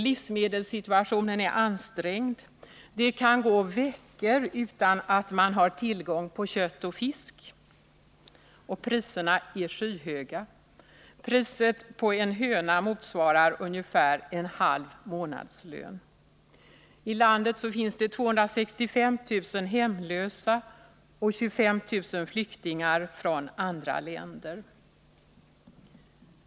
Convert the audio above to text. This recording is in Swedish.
Livsmedelssituationen är ansträngd: det kan gå veckor utan att man har tillgång till kött och fisk, och priserna är skyhöga — priset på en höna motsvarar ungefär en halv månadslön. I landet finns det 265 000 hemlösa och 25 000 flyktingar från andra länder.